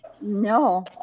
No